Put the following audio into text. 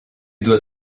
doit